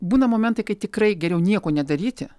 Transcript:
būna momentai kai tikrai geriau nieko nedaryti